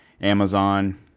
Amazon